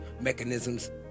mechanisms